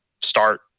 start